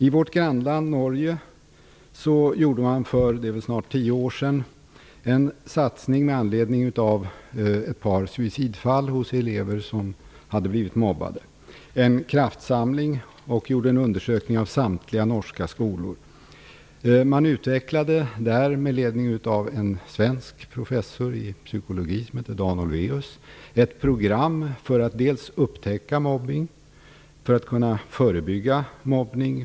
I vårt grannland Norge gjorde man för snart tio år sedan en satsning med anledning av ett par suicidfall hos mobbade elever. Man gjorde en kraftsamling och undersökte samtliga norska skolor. Under ledning av en svensk professor i psykologi, Dan Olweus, utvecklade man ett program för att upptäcka, förebygga och åtgärda mobbning.